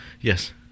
Yes